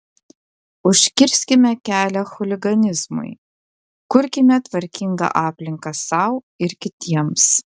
užkirskime kelią chuliganizmui kurkime tvarkingą aplinką sau ir kitiems